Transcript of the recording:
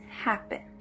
happen